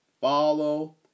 Follow